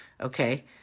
Okay